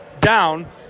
down